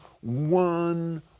one